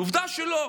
עובדה שלא.